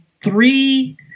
three